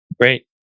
Great